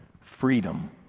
freedom